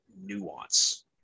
nuance